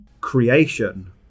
creation